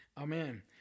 Amen